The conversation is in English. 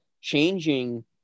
changing